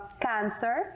cancer